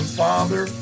father